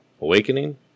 awakening